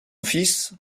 fils